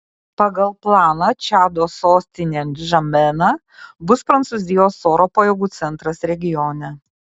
pagal planą čado sostinė ndžamena bus prancūzijos oro pajėgų centras regione